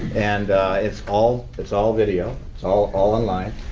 and it's all it's all video. it's all all online.